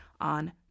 on